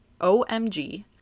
OMG